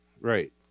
Right